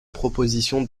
proposition